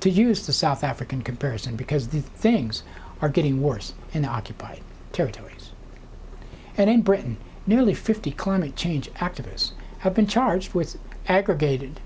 to use the south african comparison because the things are getting worse in the occupied territories and in britain nearly fifty climate change activists have been charged with aggregated